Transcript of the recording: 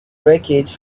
wreckage